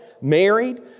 married